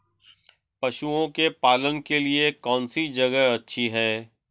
पशुओं के पालन के लिए कौनसी जगह अच्छी है?